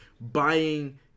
buying